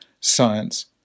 science